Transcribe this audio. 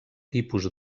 tipus